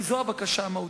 כי זאת הבקשה המהותית,